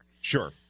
Sure